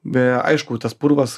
be aišku tas purvas